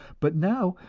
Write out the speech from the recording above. but now,